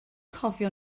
cofio